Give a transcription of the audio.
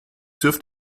dürft